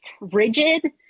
rigid